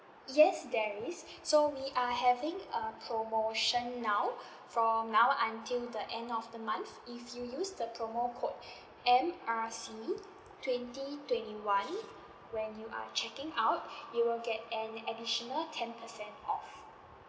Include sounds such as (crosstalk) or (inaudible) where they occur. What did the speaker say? yes there is so we are having a promotion now (breath) from now until the end of the month if you use the promo code (breath) M R C twenty twenty one when you are checking out (breath) you will get an additional ten percent off